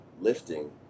lifting